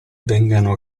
vengono